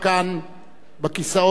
בכיסאות משמאלי.